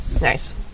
Nice